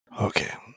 Okay